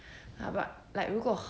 how about like 如果